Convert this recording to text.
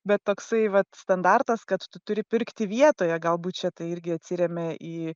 bet toksai vat standartas kad tu turi pirkti vietoje galbūt čia tai irgi atsiremia į